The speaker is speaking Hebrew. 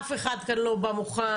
אף אחד כאן לא בא מוכן.